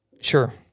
Sure